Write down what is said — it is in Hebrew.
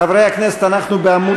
חברי הכנסת, אנחנו בעמוד